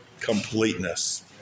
completeness